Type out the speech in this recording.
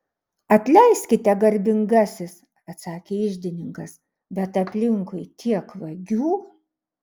atleiskite garbingasis atsakė iždininkas bet aplinkui tiek vagių